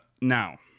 Now